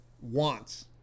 wants